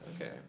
Okay